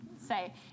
say